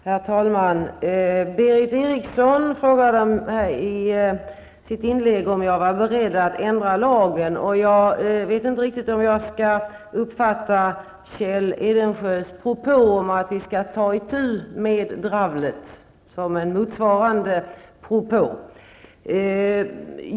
Herr talman! Berith Eriksson frågade i sitt inlägg om jag var beredd att ändra lagen. Jag vet inte om jag skall tolka Kjell Eldensjös propå om att vi skall ''ta itu med dravlet'' som ett motsvarande förslag.